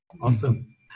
Awesome